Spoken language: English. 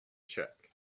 check